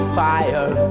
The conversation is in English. fire